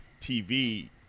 TV